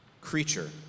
creature